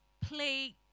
play